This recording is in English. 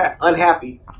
unhappy